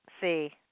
see